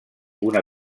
una